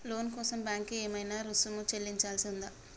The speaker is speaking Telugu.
లోను కోసం బ్యాంక్ కి ఏమైనా రుసుము చెల్లించాల్సి ఉందా?